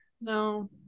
no